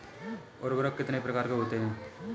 उर्वरक कितने प्रकार के होते हैं?